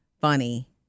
Funny